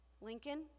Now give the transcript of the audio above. Lincoln